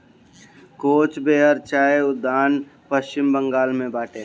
कोच बेहर चाय उद्यान पश्चिम बंगाल में बाटे